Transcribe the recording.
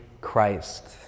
Christ